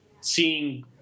seeing